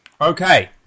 okay